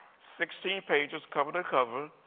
sixteen pages, cover to cover.